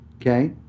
okay